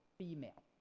female.